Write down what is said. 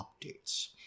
updates